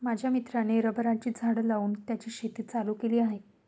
माझ्या मित्राने रबराची झाडं लावून त्याची शेती चालू केली आहे